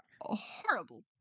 horrible